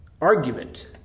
argument